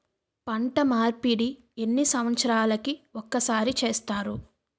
పంట మార్పిడి ఎన్ని సంవత్సరాలకి ఒక్కసారి చేస్తారు?